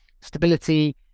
Stability